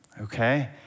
Okay